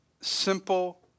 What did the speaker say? simple